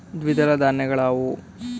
ದ್ವಿದಳ ಧಾನ್ಯಗಳಾವುವು?